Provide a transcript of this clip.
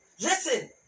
Listen